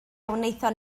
wnaethon